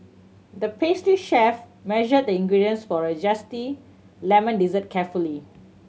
the pastry chef measured the ingredients for a zesty lemon dessert carefully